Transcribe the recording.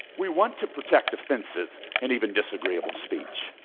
we want to protect offensive and even disagreeable speech.